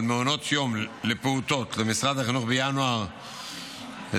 מעונות יום לפעוטות למשרד החינוך בינואר 2022,